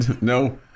no